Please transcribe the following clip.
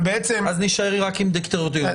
ובעצם --- אז נישאר רק עם דירקטוריון.